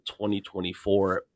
2024